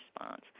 response